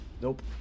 nope